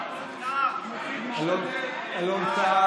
אלון טל,